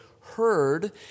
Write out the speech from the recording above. heard